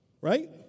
right